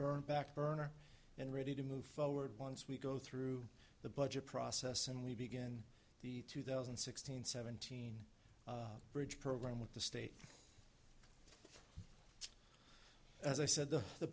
burnt back burner and ready to move forward once we go through the budget process and we begin the two thousand and sixteen seventeen bridge program with the state as i said the